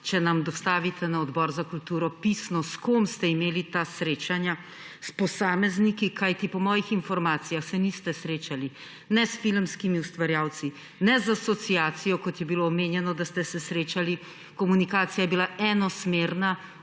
če nam dostavite na Odbor za kulturo pisno, s kom ste imeli ta srečanja, s posamezniki. Kajti po mojih informacijah se niste srečali ne s filmskimi ustvarjalci ne z Asociacijo, kot je bilo omenjeno, da ste se srečali. Komunikacija je bila enosmerna,